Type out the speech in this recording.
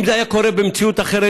אם זה היה קורה במציאות אחרת,